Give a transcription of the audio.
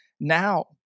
now